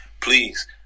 please